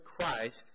Christ